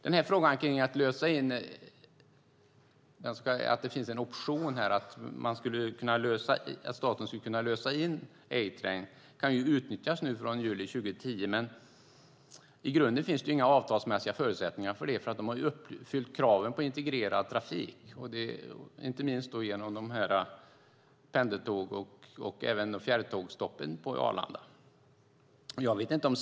Det finns en option för staten att lösa in A-train som kan utnyttjas från juli 2012. Men i grunden finns det inga avtalsmässiga förutsättningar för det, för de har ju uppfyllt kraven på integrerad trafik, inte minst genom pendeltågs och även fjärrtågsstoppen vid Arlanda.